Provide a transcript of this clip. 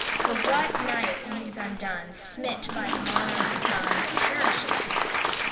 for what night leaves undone, smit by the morrow's sun perisheth.